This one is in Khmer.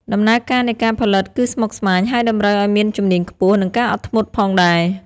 ដំណើរការនៃការផលិតគឺស្មុគស្មាញ ហើយតម្រូវឲ្យមានជំនាញខ្ពស់ និងការអត់ធ្មត់ផងដែរ។